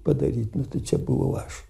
padaryt tai čia buvau aš